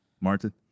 Martin